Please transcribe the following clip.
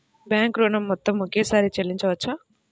Bank ఋణం మొత్తము ఒకేసారి చెల్లించవచ్చా?